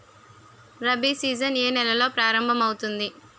Rabi season ఏ నెలలో ప్రారంభమౌతుంది?